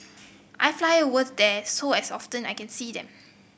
I fly over there so as often I can see them